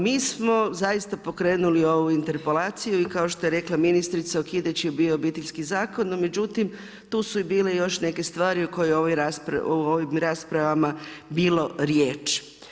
Mi smo zaista pokrenuli ovu interpelaciju i kao što je rekla ministrica okidajući je bio Obiteljski zakon, no međutim tu su bile i još neke stvari o kojima je u ovim raspravama bilo riječ.